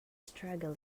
struggle